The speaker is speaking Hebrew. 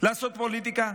לעשות פוליטיקה?